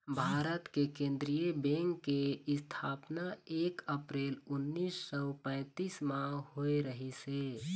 भारत के केंद्रीय बेंक के इस्थापना एक अपरेल उन्नीस सौ पैतीस म होए रहिस हे